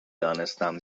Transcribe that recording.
دانستم